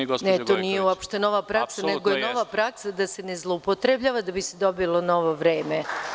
Nije uopšte nova praksa, nego je nova praksa da se ne zloupotrebljava, da bi se dobilo novo vreme.